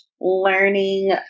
learning